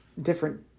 Different